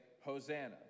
hosanna